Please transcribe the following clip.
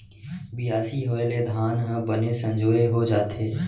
बियासी होय ले धान ह बने संजोए हो जाथे